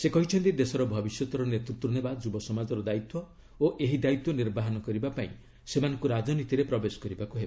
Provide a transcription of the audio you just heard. ସେ କହିଛନ୍ତି ଦେଶର ଭବିଷ୍ୟତର ନେତୃତ୍ୱ ନେବା ଯୁବ ସମାଜର ଦାୟିତ୍ୱ ଓ ଏହି ଦାୟିତ୍ୱ ନିର୍ବାହନ କରିବା ପାଇଁ ସେମାନଙ୍କୁ ରାଜନୀତିରେ ପ୍ରବେଶ କରିବାକୁ ହେବ